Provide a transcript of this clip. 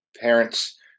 parents